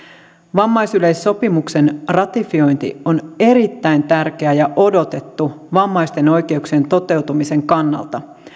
vammaisyleissopimuksen ratifiointi on erittäin tärkeä ja odotettu vammaisten oikeuksien toteutumisen kannalta